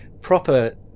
proper